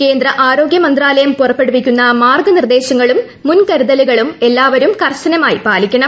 കേന്ദ്ര ആരോഗ്യ മന്ത്രാലയം പുറപ്പെടുവിക്കുന്ന മാർഗ്ഗനിർദ്ദേശങ്ങളും മുൻകരുതലുകളും എല്ലാവരും കർശനമായി പാലിക്കണം